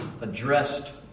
addressed